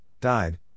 died